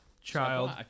Child